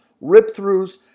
rip-throughs